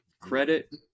credit